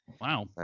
Wow